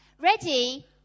ready